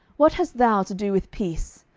what hast thou to do with peace?